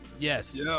Yes